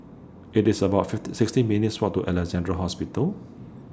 IT IS about sixteen minutes' Walk to Alexandra Hospital